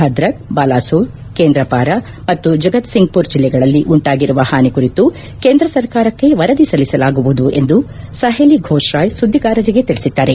ಭದ್ರಕ್ ಬಾಲ್ಸೋರ್ ಕೇಂದ್ರಪಾರ ಮತ್ತು ಜಗತ್ಸಿಂಗ್ಪುರ್ ಜಲ್ಲೆಗಳಲ್ಲಿ ಉಂಟಾಗಿರುವ ಹಾನಿ ಕುರಿತು ಕೇಂದ್ರ ಸರ್ಕಾರಕ್ಕೆ ವರದಿ ಸಲ್ಲಿಸಲಾಗುವುದು ಎಂದು ಸಹೇಲಿ ಫೋಷ್ರಾಯ್ ಸುದ್ದಿಗಾರರಿಗೆ ತಿಳಿಸಿದ್ದಾರೆ